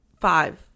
five